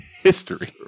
history